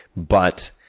but,